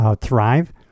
thrive